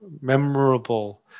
memorable